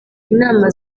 inama